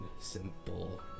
simple